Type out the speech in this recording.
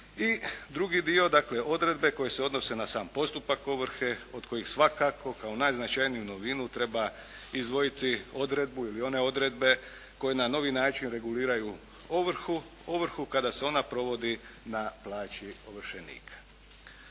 i drugi dio dakle odredbe koje se odnose na sam postupak ovrhe od kojih svakako kao najznačajniju novinu treba izdvojiti odredbu ili one odredbe koje na novi način reguliraju ovrhu, ovrhu kada se ona provodi na plaći ovršenika.